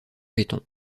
laiton